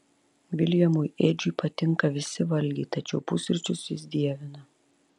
viljamui edžiui patinka visi valgiai tačiau pusryčius jis dievina